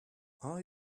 are